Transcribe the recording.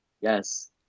Yes